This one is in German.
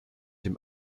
dem